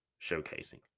showcasing